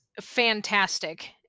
fantastic